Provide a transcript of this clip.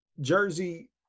jersey